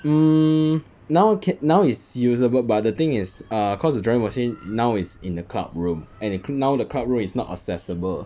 hmm now ca~ now is usable but the thing is err cause the drawing machine now is in a club room and now the club room is not accessible